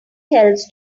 helps